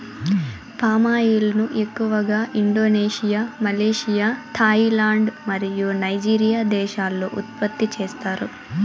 palm oil ను ఎక్కువగా Indonesia, Malaysia, Thailand మరియు నైజీరియా దేశాలు ఉత్పత్తి చేస్తాయి